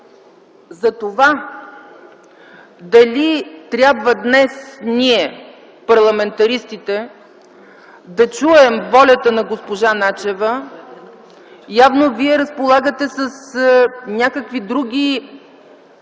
За това дали трябва днес ние, парламентаристите, да чуем волята на госпожа Начева, явно вие разполагате с някакви други